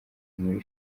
muri